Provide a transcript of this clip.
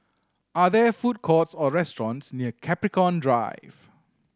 are there food courts or restaurants near Capricorn Drive